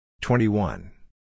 Twenty-one